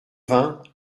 vingts